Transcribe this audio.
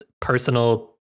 personal